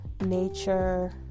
nature